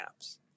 apps